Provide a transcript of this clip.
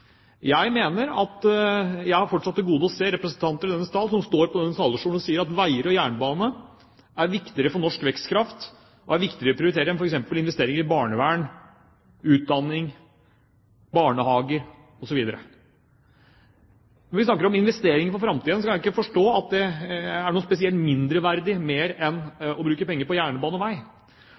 Jeg har fortsatt til gode å se representanter i denne salen stå på talerstolen og si at veier og jernbane er viktigere for norsk vekstkraft og er viktigere å prioritere enn f.eks. investeringer i barnevern, utdanning, barnehager osv. Når vi snakker om investeringer for framtiden, kan jeg ikke forstå at det er noe mer mindreverdig enn å bruke penger på jernbane og vei.